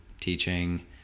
teaching